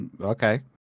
Okay